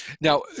now